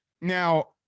now